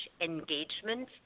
engagement